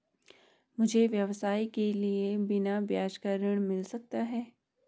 मुझे व्यवसाय के लिए बिना ब्याज का ऋण मिल सकता है?